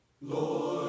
Lord